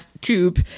tube